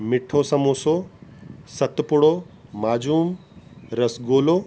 मिठो संबोसो सतपुड़ो माजून रसगोलो